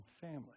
family